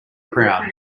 crowd